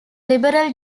liberal